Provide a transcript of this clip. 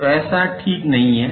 तो ऐसा ठीक नहीं है